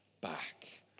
back